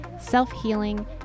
self-healing